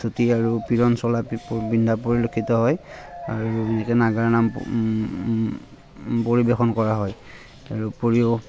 ধুতি আৰু পিৰান চোলা পিন্ধা পৰিলক্ষিত হয় আৰু বিশেষকৈ নাগাৰা নাম পৰিৱেশন কৰা হয় তাৰ উপৰিও